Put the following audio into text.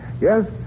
Yes